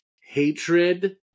hatred